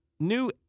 New